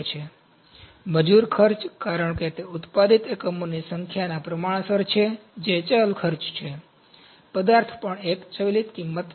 તેથી મજૂર ખર્ચ કારણ કે તે ઉત્પાદિત એકમોની સંખ્યાના પ્રમાણસર છે જે ચલ ખર્ચ છે પદાર્થ પણ એક ચલ કિંમત છે